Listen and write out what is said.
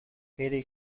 میری